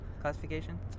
Classification